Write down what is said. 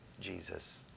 Jesus